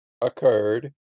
occurred